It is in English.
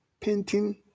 painting